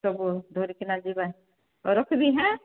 ସବୁ ଧରିକିନା ଯିବା ହଉ ରଖିବି ହାଁ